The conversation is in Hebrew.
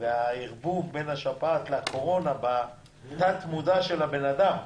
והערבוב בין השפעת לקורונה בתת-מודע של האדם,